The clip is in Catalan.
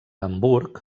hamburg